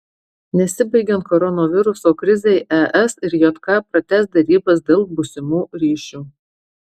nesibaigiant koronaviruso krizei es ir jk pratęs derybas dėl būsimų ryšių